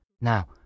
Now